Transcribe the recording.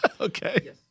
Okay